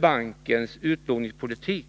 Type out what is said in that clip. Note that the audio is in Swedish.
bankens utlåningspolitik.